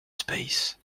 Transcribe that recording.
space